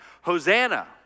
Hosanna